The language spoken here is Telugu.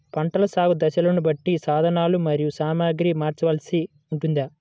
పంటల సాగు దశలను బట్టి సాధనలు మరియు సామాగ్రిని మార్చవలసి ఉంటుందా?